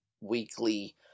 weekly